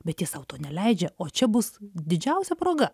bet jie sau to neleidžia o čia bus didžiausia proga